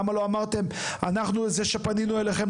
למה לא אמרתם אנחנו זה שפנינו אליכם,